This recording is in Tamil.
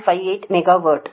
58 மெகாவாட்